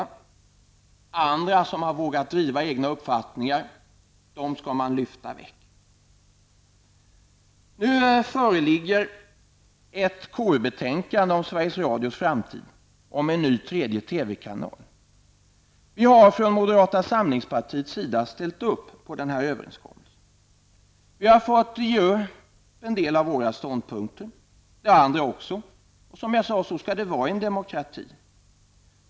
Men andra som har vågat driva egna uppfattningar skall man lyfta bort. Nu föreligger ett KU-betänkande om Sveriges Radios framtid och om en ny tredje TV-kanal. Från moderata samlingspartiets sida har vi ställt upp på överenskommelsen. Vi har gett upp en del av våra ståndpunkter, och det har andra också fått göra. Som jag sade skall det vara så i en demokrati.